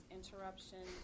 interruption